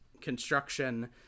construction